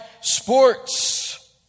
sports